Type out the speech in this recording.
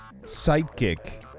sidekick